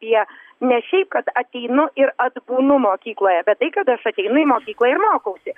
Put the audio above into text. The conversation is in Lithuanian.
tie ne šiaip kad ateinu ir atbūnu mokykloje bet tai kad aš ateinu į mokyklą ir mokausi